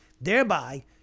thereby